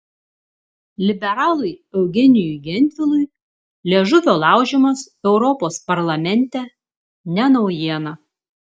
liberalui eugenijui gentvilui liežuvio laužymas europos parlamente ne naujiena